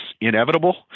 inevitable